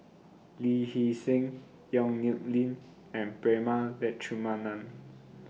Lee Hee Seng Yong Nyuk Lin and Prema Letchumanan